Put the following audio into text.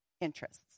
interests